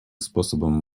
способом